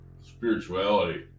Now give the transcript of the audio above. spirituality